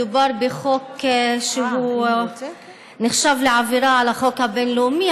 מדובר בחוק שהוא נחשב לעבירה על החוק הבין-לאומי,